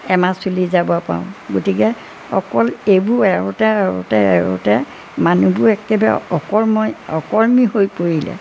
এমাহ চলি যাব পাৰোঁ গতিকে অকল এইবোৰ এৰোঁতে এৰোঁতে এৰোঁতে মানুহবোৰ একেবাৰে অকৰ্মই অকৰ্মী হৈ পৰিলে